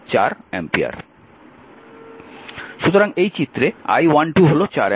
সুতরাং এই চিত্রে I12 হল 4 অ্যাম্পিয়ার